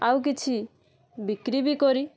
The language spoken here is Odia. ଆଉ କିଛି ବିକ୍ରି ବି କରି